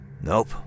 Nope